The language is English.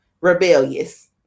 rebellious